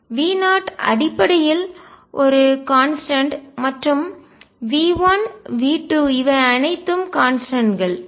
V0 அடிப்படையில் ஒரு constant மாறிலி மற்றும் V1 V2 இவை அனைத்தும் கான்ஸ்டன்ட்கள் மாறிலிகள்